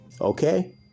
okay